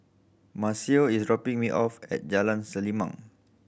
Maceo is dropping me off at Jalan Selimang